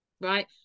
Right